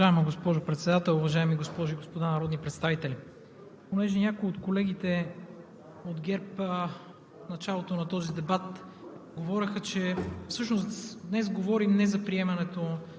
Уважаема госпожо Председател, уважаеми госпожи и господа народни представители! Понеже някои от колегите от ГЕРБ в началото на този дебат говореха, че всъщност днес говорим не за приемането